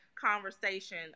conversation